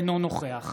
אינו נוכח